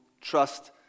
trust